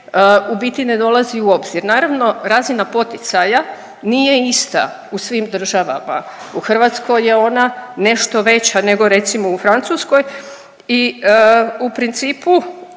u biti ne dolazi u obzir. Naravno, razina poticaja nije ista u svim državama, u Hrvatskoj je ona nešto veća nego recimo u Francuskoj i u principu